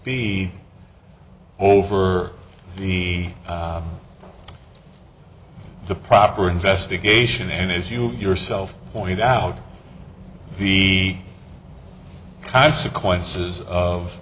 be over the the proper investigation and as you yourself pointed out the consequences of